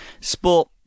sport